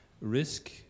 risk